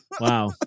Wow